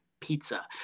pizza